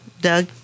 Doug